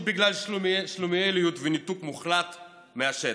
בגלל שלומיאליות וניתוק מוחלט מהשטח.